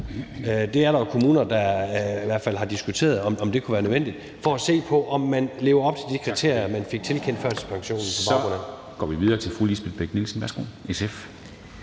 Der er jo kommuner, der i hvert fald har diskuteret, om det kunne være nødvendigt, for at se på, om man lever op til de kriterier, man fik tilkendt førtidspensionen på baggrund af. Kl. 10:15 Formanden (Henrik Dam Kristensen): Så